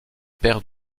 pères